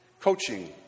coaching